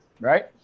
Right